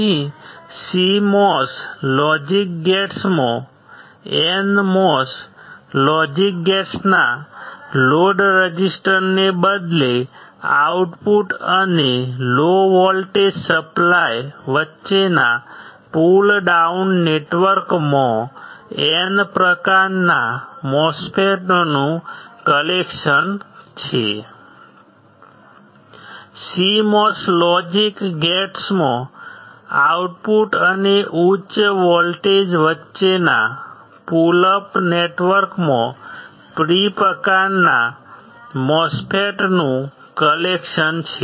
અહીં CMOS logic ગેટ્સમાં NMOS logic ગેટ્સના લોડ રેઝિસ્ટરને બદલે આઉટપુટ અને લો વોલ્ટેજ સપ્લાય વચ્ચેના પુલ ડાઉન નેટવર્કમાં N પ્રકારના MOSFETs નું કલેક્શન છે CMOS લોજિક ગેટ્સમાં આઉટપુટ અને ઉચ્ચ વોલ્ટેજ વચ્ચેના પુલ અપ નેટવર્કમાં P પ્રકારના MOSFETs નું કલેક્શન છે